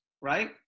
right